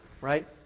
right